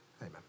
amen